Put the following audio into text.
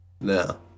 No